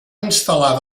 instal·lar